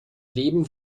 leben